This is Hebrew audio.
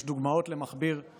יש דוגמאות למכביר של